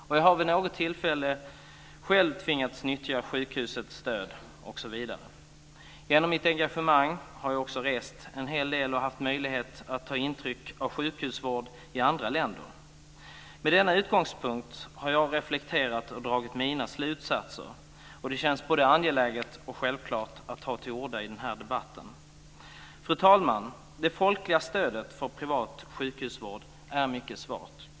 Och jag har vid något tillfälle själv tvingats nyttja sjukhusets stöd. Genom mitt engagemang har jag också rest en hel del och haft möjlighet att ta intryck av sjukhusvård i andra länder. Med denna utgångspunkt har jag reflekterat och dragit mina slutsatser. Det känns både angeläget och självklart att ta till orda i den här debatten. Fru talman! Det folkliga stödet för privat sjukhusvård är mycket svagt.